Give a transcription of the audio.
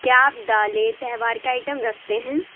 کیا آپ دالیں تہوار کے آئٹم رکھتے ہیں